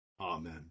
Amen